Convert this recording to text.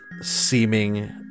seeming